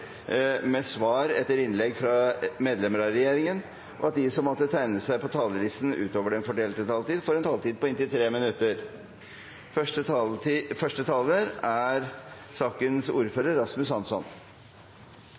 med svar etter innlegg fra medlemmer av regjeringen innenfor den fordelte taletid, og at de som måtte tegne seg på talerlisten utover den fordelte taletid, får en taletid på inntil 3 minutter.